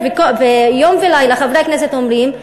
ויום ולילה חברי הכנסת אומרים: